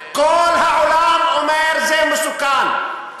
כל העולם אומר: זה מסוכן.